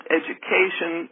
education